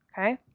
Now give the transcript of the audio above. okay